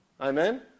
Amen